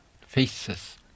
faces